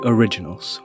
Originals